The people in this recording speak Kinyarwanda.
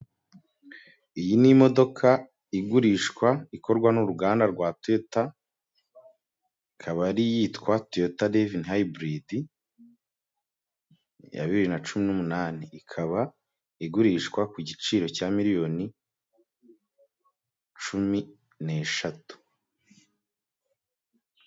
Iyi ni imodoka igurishwa ikorwa n'uruganda rwa Toyota, ikaba yitwa Toyota Levin Hybrid, ya bibiri na cumi n'umunani, ikaba igurishwa ku giciro cya miliyoni cumi n'eshatu.